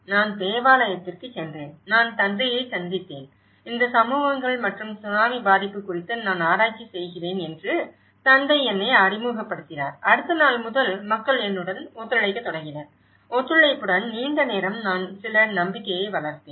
நான் தேவாலயத்திற்குச் சென்றேன் நான் தந்தையைச் சந்தித்தேன் இந்த சமூகங்கள் மற்றும் சுனாமி பாதிப்பு குறித்து நான் ஆராய்ச்சி செய்கிறேன் என்று தந்தை என்னை அறிமுகப்படுத்தினார் அடுத்த நாள் முதல் மக்கள் என்னுடன் ஒத்துழைக்கத் தொடங்கினர் ஒத்துழைப்புடன் நீண்ட நேரம் நான் சில நம்பிக்கையை வளர்த்தேன்